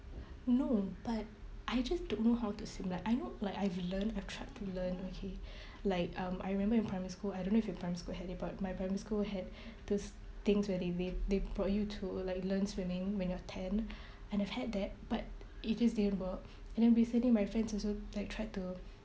no but I just don't know how to swim like I know like I've learned I tried to learn okay like um I remember in primary school I don't know if your primary school had it but my primary school had those things where they they they brought you to like learn swimming when you're ten and I've had that but it just didn't work and then basically my friends also like tried to